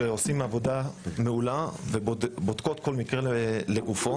שעושות עבודה מעולה ובודקות כל מקרה לגופו.